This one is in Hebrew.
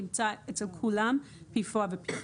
נמצא אצל כולם PFOA ו-PFOS.